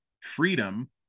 freedom